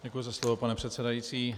Děkuji za slovo, pane předsedající.